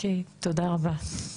תודה רבה.